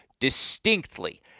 distinctly